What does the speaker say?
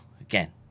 again